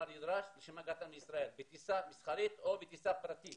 הנדרש לשם הגעתם לישראל בטיסה מסחרית או בטיסה פרטית